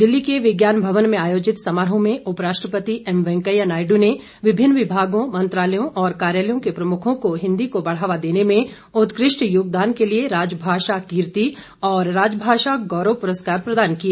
दिल्ली के विज्ञान भवन में आयोजित समारोह में उपराष्ट्रपति एमवेंकैया नायडू ने विभिन्न विभागों मंत्रालयों और कार्यालयों के प्रमुखों को हिंदी को बढ़ावा देने में उत्कृष्ट योगदान के लिए राजभाषा कीर्ति और राजभाषा गौरव पुरस्कार प्रदान किए